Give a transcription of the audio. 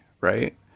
Right